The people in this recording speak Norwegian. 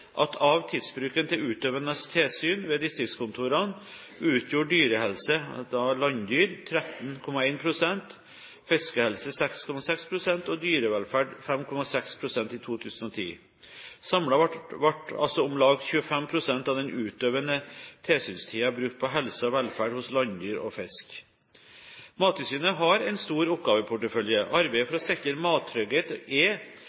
at av tidsbruken til utøvende tilsyn ved distriktskontorene utgjorde dyrehelse – og da for landdyr – 13,1 pst., fiskehelse 6,6 pst. og dyrevelferd 5,6 pst. i 2010. Samlet ble altså om lag 25 pst. av den utøvede tilsynstiden brukt på helse og velferd hos landdyr og fisk. Mattilsynet har en stor oppgaveportefølje. Arbeidet for å sikre mattrygghet er